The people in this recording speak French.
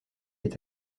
est